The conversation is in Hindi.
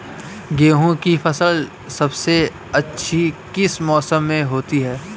गेंहू की फसल सबसे अच्छी किस मौसम में होती है?